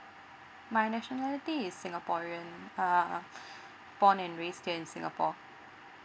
my nationality is singaporean uh born and raised in singapore